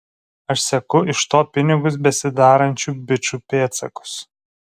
aš seku iš to pinigus besidarančių bičų pėdsakus